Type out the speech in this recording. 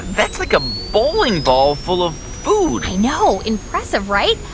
that's like a bowling ball full of food i know. impressive, right?